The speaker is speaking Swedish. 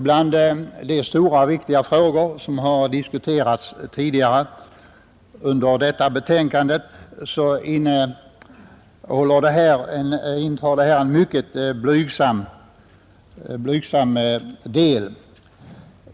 Bland de stora och viktiga frågor som har diskuterats tidigare under detta betänkande intar denna fråga en mycket blygsam plats.